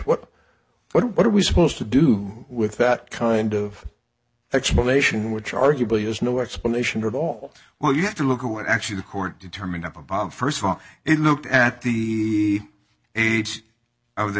what what are we supposed to do with that kind of explanation which arguably is no explanation at all well you have to look at what actually the court determined up above st of all it looked at the age